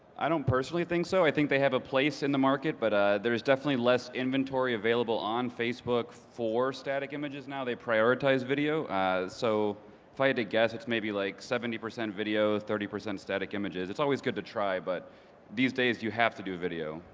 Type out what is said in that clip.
i don't personally think so, i think they have a place in the market but ah there's definitely less inventory available on facebook for static images now. they prioritize video, so if i had to guess it's maybe like seventy percent video thirty percent static images, it's always good to try but these days you have to do video.